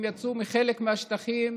הם יצאו מחלק מהשטחים,